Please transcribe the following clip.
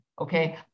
Okay